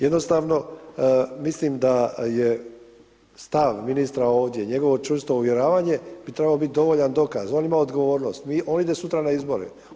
Jednostavno mislim da je stav ministra ovdje, njegovo čvrsto uvjeravanje bi trebalo biti dovoljan dokaz, on ima odgovornost, on ide sutra na izbore.